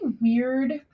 weird